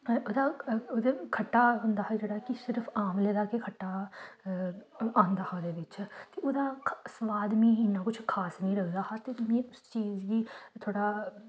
पर ओह्दा ओह्दा खट्टा होंदा हा जेह्ड़ा कि सिर्फ आमले दा गै खट्टा आंदा हा ओह्दे बिच्च ते ओह्दा सुआद मिगी इ'न्ना कुछ नेईं लगदा हा ते में उस चीज गी थोह्ड़ा